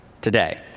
today